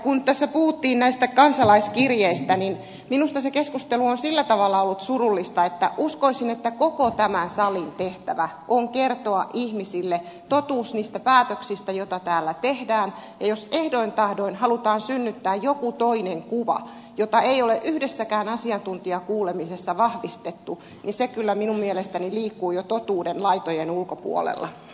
kun tässä puhuttiin näistä kansalaiskirjeistä niin minusta se keskustelu on sillä tavalla ollut surullista että uskoisin että koko tämän salin tehtävä on kertoa ihmisille totuus niistä päätöksistä joita täällä tehdään ja jos ehdoin tahdoin halutaan synnyttää joku toinen kuva jota ei ole yhdessäkään asiantuntijakuulemisessa vahvistettu niin se kyllä minun mielestäni liikkuu jo totuuden laitojen ulkopuolella